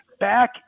back